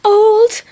old